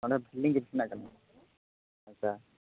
ᱚᱸᱰᱮ ᱯᱷᱤᱞᱤ ᱨᱮᱱᱟᱜ ᱠᱟᱱᱟ ᱟᱪᱪᱷᱟ